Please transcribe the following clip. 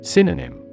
Synonym